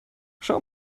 schau